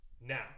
now